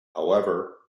however